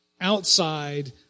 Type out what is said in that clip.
outside